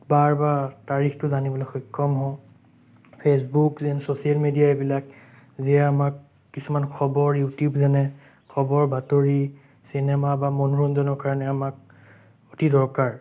বাৰ বা তাৰিখটো জানিবলৈ সক্ষম হওঁ ফেচবুক প্লেন ছ'চিয়েল মেডিয়া এইবিলাক যিয়ে আমাক কিছুমান খবৰ ইউটিউব যেনে খবৰ বাতৰি চিনেমা বা মনোৰঞ্জনৰ কাৰণে আমাক অতি দৰকাৰ